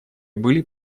были